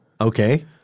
Okay